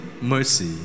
mercy